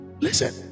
Listen